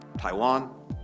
Taiwan